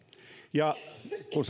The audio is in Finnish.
ja kun